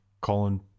Colin